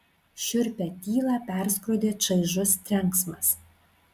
šiurpią tylą perskrodė čaižus trenksmas